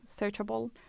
searchable